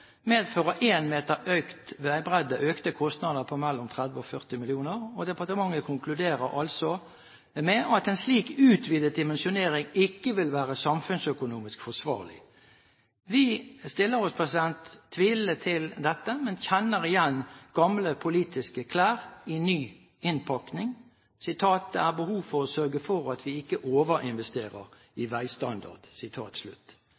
medfører 1 meter økt veibredde økte kostnader på mellom 30 og 40 mill. kr, og departementet konkluderer altså med at en slik utvidet dimensjonering ikke vil være samfunnsøkonomisk forsvarlig. Vi stiller oss tvilende til dette, men kjenner igjen gamle politiske klær i ny innpakning: «Det er behov for å sørge for at vi ikke overinvesterer i